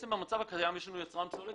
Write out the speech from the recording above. במצב הקיים יש לנו יצרן פסולת.